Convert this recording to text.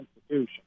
institution